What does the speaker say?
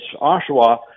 Oshawa